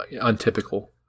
untypical